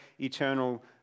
eternal